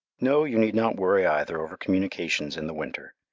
no, you need not worry either over communications in the winter.